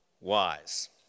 wise